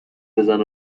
بزنن